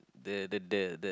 the the the the